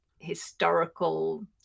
historical